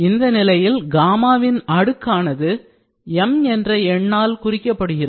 இந்த நிலையில் gamma வின் அடுக்கானது m என்ற எண்ணால் குறிக்கப்படுகிறது